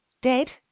dead